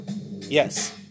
yes